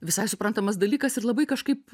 visai suprantamas dalykas ir labai kažkaip